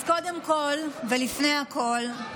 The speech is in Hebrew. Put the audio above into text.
אז קודם כול ולפני הכול,